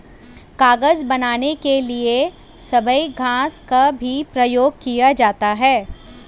कागज बनाने के लिए सबई घास का भी प्रयोग किया जाता है